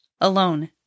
alone